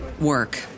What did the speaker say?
work